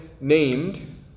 named